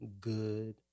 good